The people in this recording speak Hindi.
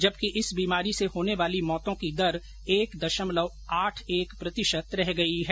जबकि इस बीमारी से होने वाली मौतों की दर एक दशमलव आठ एक प्रतिशत रह गयी है